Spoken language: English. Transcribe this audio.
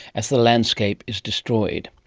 as the landscape is destroyed.